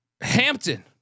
Hampton